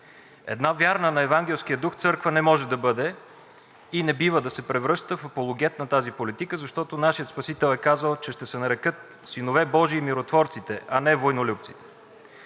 Една вярна на евангелския дух църква не може и не бива да се превръща в апологет на тази политика, защото нашият Спасител е казал, че ще се нарекат синове Божии миротворците, а не войнолюбците.